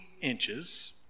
inches